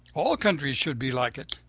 all countries should be like it!